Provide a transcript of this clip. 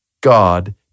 God